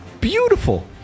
Beautiful